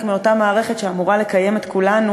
מאותה מערכת שאמורה לקיים את כולנו,